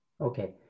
Okay